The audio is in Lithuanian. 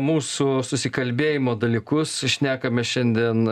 mūsų susikalbėjimo dalykus šnekame šiandien